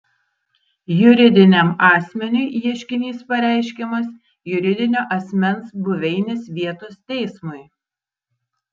juridiniam asmeniui ieškinys pareiškiamas juridinio asmens buveinės vietos teismui